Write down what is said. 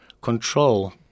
control